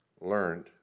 learned